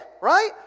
right